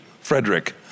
Frederick